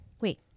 Wait